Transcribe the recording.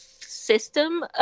system